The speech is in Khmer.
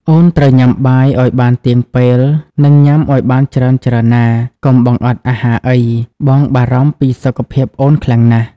អូនត្រូវញ៉ាំបាយឱ្យបានទៀងពេល និងញ៉ាំឱ្យបានច្រើនៗណា កុំបង្អត់អាហារអី បងបារម្ភពីសុខភាពអូនខ្លាំងណាស់។